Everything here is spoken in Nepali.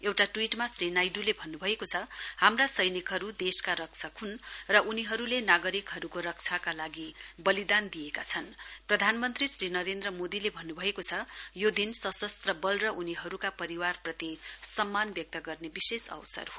एउटा ट्वीटमा श्री नाइडूले भन्नुभएको छ हाम्रा सैनिकहरू देशका रक्षक हुन् र उनीहरूले नागरिकहरूको रक्षाका लागि बलिदान दिएका छन् प्रधानमन्त्री श्री नरेन्द्र मोदीले भन्नुभएको छ यो दिन सशस्त्र बल र उनीहरूका परिवारप्रति सम्मान व्यक्त गर्ने विशेष अवसर हो